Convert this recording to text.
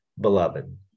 beloved